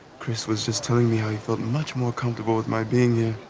chris was just telling me how he felt much more comfortable with my being here.